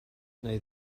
neu